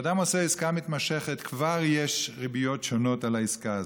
כשאדם עושה עסקה מתמשכת כבר יש ריביות שונות על העסקה הזאת,